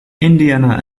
indiana